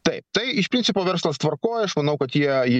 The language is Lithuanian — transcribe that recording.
taip tai iš principo verslas tvarkoj aš manau kad jie